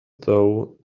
though